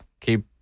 Keep